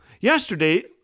Yesterday